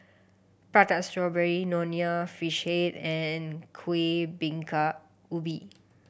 Prata Strawberry Nonya Fish Head and Kuih Bingka Ubi